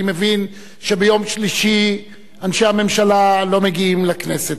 אני מבין שביום שלישי אנשי הממשלה לא מגיעים לכנסת,